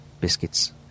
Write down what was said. biscuits